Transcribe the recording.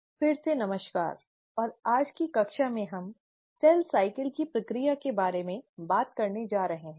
तो फिर से नमस्कार और आज की कक्षा में हम कोशिका चक्र की प्रक्रिया के बारे में बात करने जा रहे हैं